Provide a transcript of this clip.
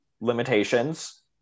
limitations